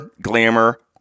Glamour